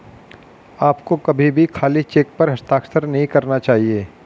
आपको कभी भी खाली चेक पर हस्ताक्षर नहीं करना चाहिए